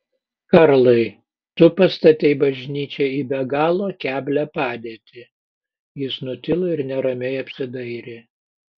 karlai tu pastatei bažnyčią į be galo keblią padėtį jis nutilo ir neramiai apsidairė